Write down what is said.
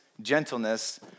gentleness